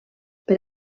per